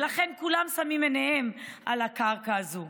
ולכן כולם שמים את עיניהם על הקרקע הזו.